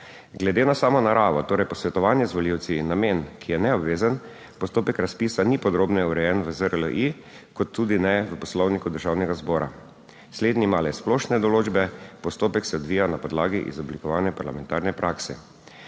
Glede na samo naravo, torej posvetovanje z volivci in namen, ki je neobvezen, postopek razpisa ni podrobneje urejen v ZRLI kot tudi ne v Poslovniku Državnega zbora; slednji ima le splošne določbe, postopek se odvija na podlagi izoblikovane parlamentarne prakse.